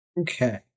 Okay